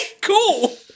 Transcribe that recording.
cool